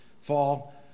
fall